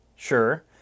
Sure